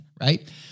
right